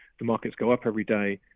the markets go up every day,